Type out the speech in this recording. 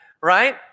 right